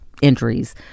injuries